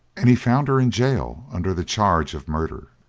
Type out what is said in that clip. and he found her in gaol under the charge of murder.